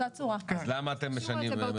אז למה אתם משנים?